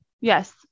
Yes